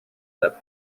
that